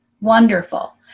Wonderful